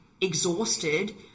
exhausted